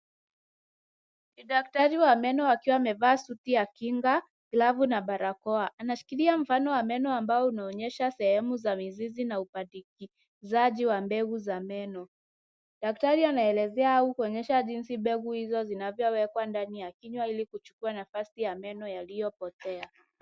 Ni daktari wa meno akiwa amevaa suti ya kinga, glavu na barakoa. Anashikilia mfano wa meno ambao unaonyesha sehemu za mizizi na upatikizaji wa mbegu za meno. Daktari anaelezea au kuonyesha jinsi mbegu hizo zinavyowekwa ndani ya kinywa ili kuchukua nafasi ya meno yaliyopotea.